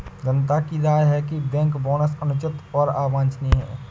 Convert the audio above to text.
जनता की राय है कि बैंक बोनस अनुचित और अवांछनीय है